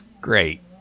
great